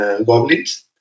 Goblins